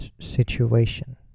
situation